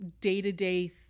day-to-day